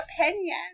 opinion